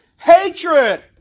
Hatred